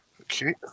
Okay